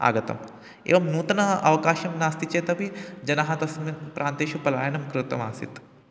आगता एवं नूतनः अवकाशः नास्ति चेत् अपि जनाः तस्मिन् प्रान्ते पलायनं कृतम् आसीत्